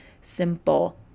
simple